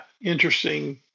interesting